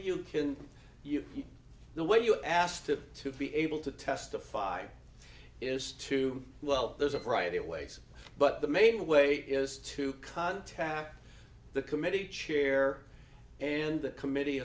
you can use the way you asked them to be able to testify is to well there's a variety of ways but the main way is to contact the committee chair and the committee